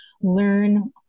learn